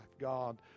God